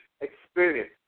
experience